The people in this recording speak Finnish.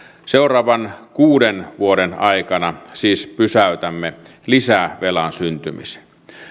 seuraavan kuuden vuoden aikana siis pysäytämme lisävelan syntymisen